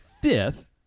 fifth